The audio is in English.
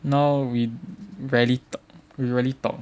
now we rarely rarely talk